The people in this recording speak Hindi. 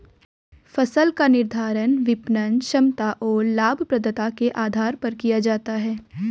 फसल का निर्धारण विपणन क्षमता और लाभप्रदता के आधार पर किया जाता है